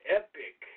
epic